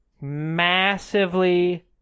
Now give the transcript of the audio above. Massively